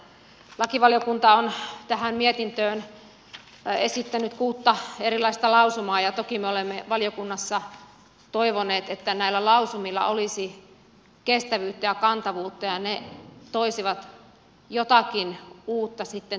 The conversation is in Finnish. lakivaliokunta on tähän mietintöön esittänyt kuutta erilaista lausumaa ja toki me olemme valiokunnassa toivoneet että näillä lausumilla olisi kestävyyttä ja kantavuutta ja ne toisivat jotakin uutta sitten tähän politiikkaan